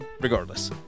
regardless